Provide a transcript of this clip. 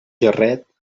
jarret